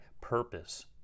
purpose